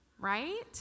Right